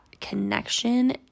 connection